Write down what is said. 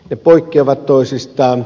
ne poikkeavat toisistaan